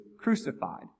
crucified